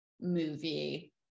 movie